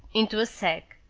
into a sack.